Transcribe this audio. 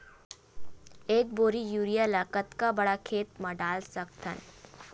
एक बोरी यूरिया ल कतका बड़ा खेत म डाल सकत हन?